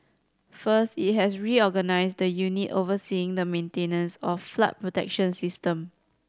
first it has reorganised the unit overseeing the maintenance of the flood protection system